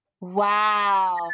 Wow